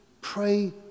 Pray